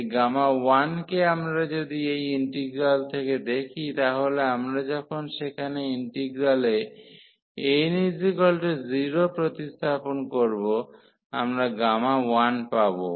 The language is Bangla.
এই Γ কে আমরা যদি এই ইন্টিগ্রাল থেকে দেখি তাহলে আমরা যখন সেখানে ইন্টিগ্রালে n0 প্রতিস্থাপন করব আমরা 1 পাব